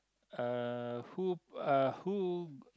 uh who uh who